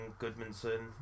Goodmanson